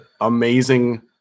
amazing